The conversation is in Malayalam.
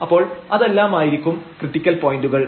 അപ്പോൾ അതെല്ലാമായിരിക്കും ക്രിട്ടിക്കൽ പോയന്റുകൾ